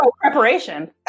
preparation